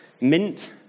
mint